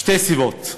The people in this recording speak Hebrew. משתי סיבות,